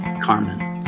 Carmen